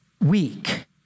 weak